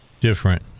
Different